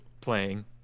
playing